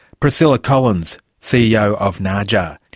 priscilla collins, ceo of naaja.